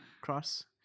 cross